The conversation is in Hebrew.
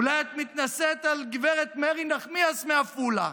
אולי את מתנשאת על גב' מרי נחמיאס מעפולה,